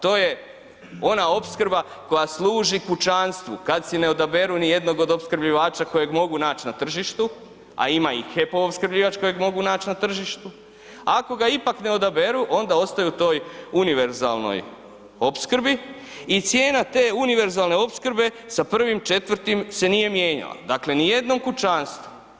To je ona opskrba koja služi kućanstvu kad si ne odaberu ni jednog od opskrbljivača kojeg mogu naći na tržištu, a ima i HEP-ov opskrbljivač kojeg mogu naći na tržištu, ako ga ipak ne odaberu onda ostaju u toj univerzalnoj opskrbi i cijena te univerzalne opskrbe sa 1.4. se nije mijenjala, dakle ni jednom kućanstvu.